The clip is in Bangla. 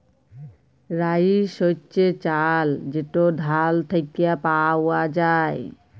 রাইস হছে চাল যেট ধাল থ্যাইকে পাউয়া যায়